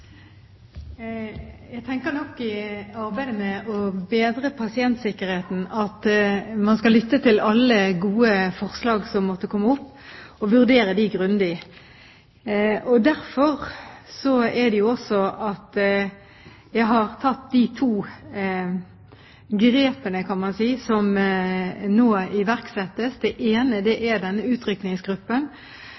arbeidet med å bedre pasientsikkerheten, tenker jeg at man skal lytte til alle gode forslag som måtte komme opp, og vurdere dem grundig. Derfor er det jeg har tatt de to grepene, kan man si, som nå iverksettes. Det ene